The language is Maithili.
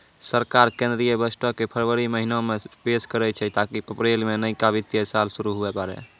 सरकार केंद्रीय बजटो के फरवरी महीना मे पेश करै छै ताकि अप्रैल मे नयका वित्तीय साल शुरू हुये पाड़ै